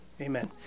Amen